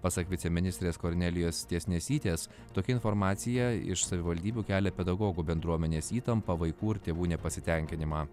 pasak viceministrės kornelijos tiesnesytės tokia informacija iš savivaldybių kelia pedagogų bendruomenės įtampą vaikų ir tėvų nepasitenkinimą